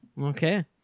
okay